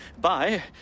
Bye